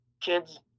kids